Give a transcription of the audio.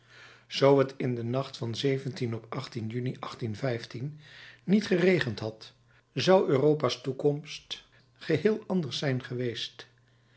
zoo het in den nacht van op juni niet geregend had zou europa's toekomst geheel anders zijn geweest